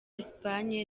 espagne